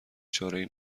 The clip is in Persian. چارهای